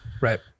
Right